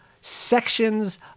Sections